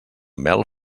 mel